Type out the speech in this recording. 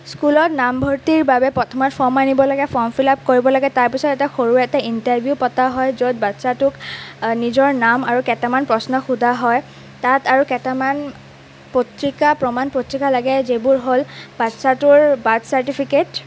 স্কুলত নামভৰ্তিৰ বাবে প্ৰথমে ফৰ্ম আনিব লাগে ফৰ্ম ফিলাপ কৰিব লাগে তাৰপিছত এটা সৰু এটা ইণ্টাৰভিউ পতা হয় য'ত বাচ্ছাটোক নিজৰ নাম আৰু কেইটামান প্ৰশ্ন সোধা হয় তাত আৰু কেইটামান পত্ৰিকা প্ৰমাণ পত্ৰিকা লাগে যিবোৰ হ'ল বাচ্ছাটোৰ বাৰ্থ চাৰ্টিফিকেট